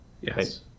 Yes